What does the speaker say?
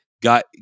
got